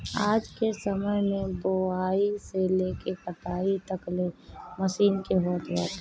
आजके समय में बोआई से लेके कटाई तकले मशीन के होत बाटे